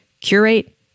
Curate